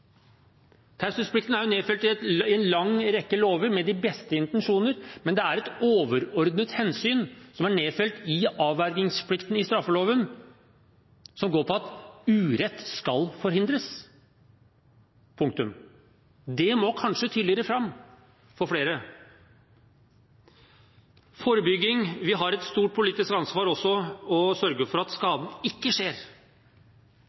er nedfelt i en lang rekke lover, med de beste intensjoner, men det er et overordnet hensyn som er nedfelt i avvergingsplikten i straffeloven, som går på at urett skal forhindres. Det må kanskje tydeligere fram for flere. Når det gjelder forebygging, har vi også et stort politisk ansvar for å sørge for at